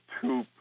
two